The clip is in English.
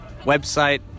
website